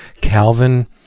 calvin